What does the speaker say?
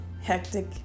hectic